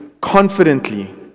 confidently